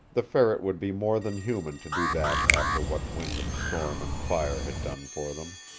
the ferret would be more than human to do that after what wind and storm and fire had done for them.